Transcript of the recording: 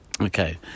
Okay